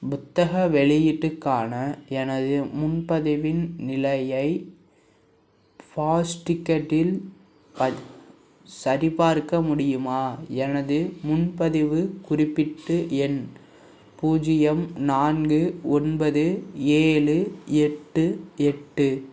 புத்தக வெளியீட்டுக்கான எனது முன்பதிவின் நிலையை ஃபாஸ்ட்டிக்கெட்டில் பட் சரிபார்க்க முடியுமா எனது முன்பதிவு குறிப்பிட்டு எண் பூஜ்ஜியம் நான்கு ஒன்பது ஏழு எட்டு எட்டு